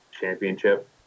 championship